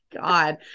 god